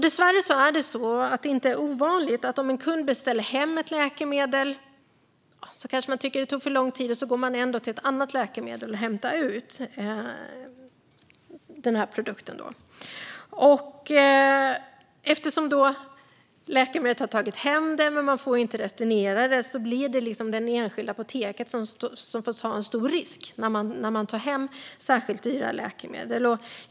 Dessvärre är det inte ovanligt att en kund beställer hem ett läkemedel och sedan kanske tycker att det tar för lång tid och ändå går till ett annat apotek för att hämta ut produkten. Eftersom apoteket har tagit hem läkemedlet men inte får returnera det får det enskilda apoteket ta en stor risk när det tar hem särskilt dyra läkemedel.